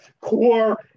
core